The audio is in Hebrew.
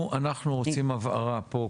אנחנו רוצים הבהרה פה,